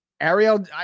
Ariel